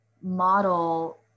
model